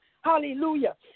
Hallelujah